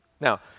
Now